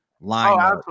line